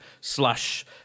slash